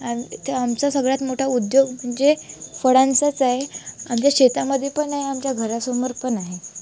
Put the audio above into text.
आम ते आमचं सगळ्यात मोठा उद्योग म्हणजे फळांचाच आहे आमच्या शेतामध्ये पण आहे आमच्या घरासमोर पण आहे